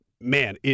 man